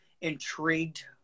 intrigued